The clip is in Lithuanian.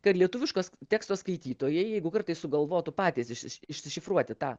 kad lietuviškos teksto skaitytojai jeigu kartais sugalvotų patys išsi išsišifruoti tą